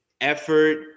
effort